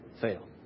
fail